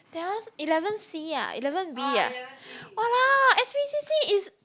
that one's eleven C ah eleven B ah !walao! s_b_c_c is